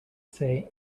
say